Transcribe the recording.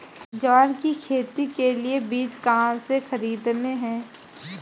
ग्वार की खेती के लिए बीज कहाँ से खरीदने हैं?